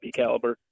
caliber